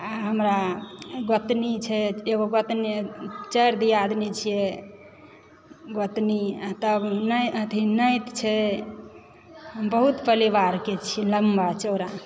हमरा गोतनी छथि एगो गोतनी चारि दियादिनी छियै गोतनी तब नाति अथी नाति छै बहुत परिवारके छी लम्बा चौड़ा